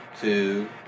two